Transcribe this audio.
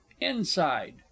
Inside